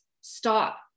stop